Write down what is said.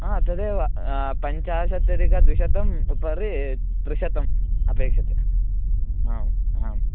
ह तदेव पञ्चाशत् अधिकद्विशतम् उपरि त्रिशतम् अपेक्षते आम् आम्